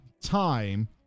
time